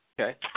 Okay